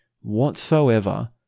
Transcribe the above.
whatsoever